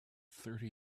thirty